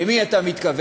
למי אתה מתכוון?